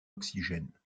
oxygène